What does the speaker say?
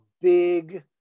big